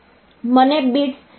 મને Beats A11 અને A12 વિશે રસ છે